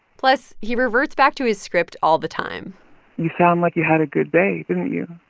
plus, he reverts back to his script all the time you sound like you had a good day, didn't you?